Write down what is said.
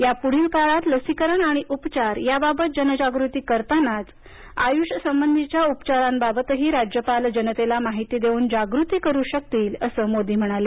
यापुढील काळात लसीकरण आणि उपचार याबाबत जनजागृती करतानाच आयुषसंबंधीच्या उपचारांबाबतही राज्यपाल जनतेला माहिती देऊन जागृती करू शकतील असं मोदी म्हणाले